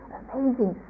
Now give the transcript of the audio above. amazing